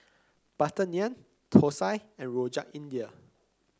butter naan thosai and Rojak India